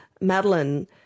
Madeline